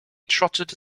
trotted